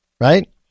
right